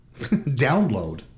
download